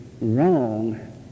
wrong